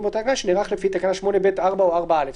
באותה תקנה שנערך לפי תקנה 8(ב)(4) או (4א).